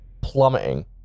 plummeting